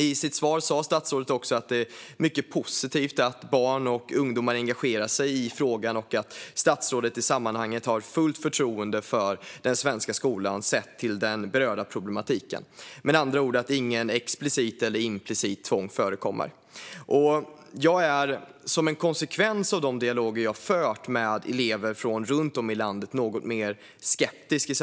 I sitt svar sa statsrådet också att det är mycket positivt att barn och ungdomar engagerar sig i frågan och att statsrådet i sammanhanget har fullt förtroende för den svenska skolan sett till den berörda problematiken - med andra ord att inget explicit eller implicit tvång förekommer. Jag är, som en konsekvens av de dialoger jag fört med elever från runt om i landet, något mer skeptisk.